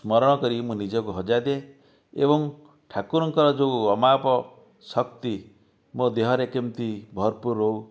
ସ୍ମରଣ କରି ମୁଁ ନିଜକୁ ହଜାଇ ଦିଏ ଏବଂ ଠାକୁରଙ୍କର ଯେଉଁ ଅମାପ ଶକ୍ତି ମୋ ଦେହରେ କେମିତି ଭରପୁର ରହୁ